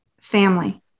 family